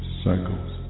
cycles